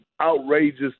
outrageous